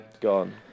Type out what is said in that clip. Gone